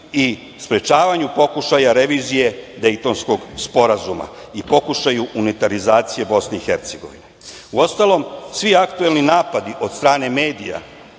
i sprečavanju pokušaja revizije Dejtonskog sporazuma i pokušaju unitarizacije BiH. Uostalom, svi aktuelni napadi od strane medija